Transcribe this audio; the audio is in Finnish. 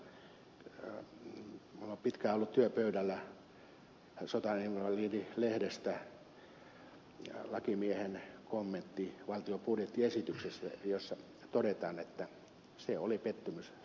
minulla on pitkään ollut työpöydälläni sotainvalidi lehdestä lakimiehen kommentti valtion budjettiesityksestä jossa todetaan että se oli pettymys sotainvalideille